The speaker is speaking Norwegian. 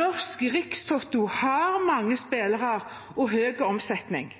Norsk Rikstoto har mange spillere og høy omsetning.